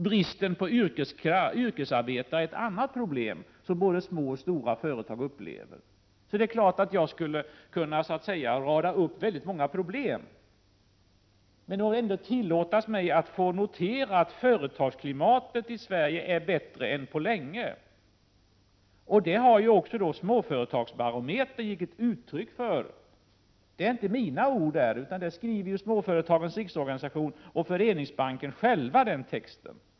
Bristen på yrkesarbetare är ett annat problem som både små och stora företag upplever. Det är således klart att jag skulle kunna rada upp väldigt många problem, men det får väl ändå tillåtas mig att notera att företagsklimatet i Sverige är 57 bättre än på länge. Detta har också småföretagsbarometern gett uttryck för. Det är alltså inte mina ord, utan den texten skriver Småföretagens riksorganisation och Föreningsbanken själva.